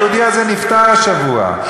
היהודי הזה נפטר השבוע.